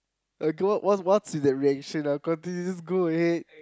[oh]-god what's what's with that reaction ah continue just go ahead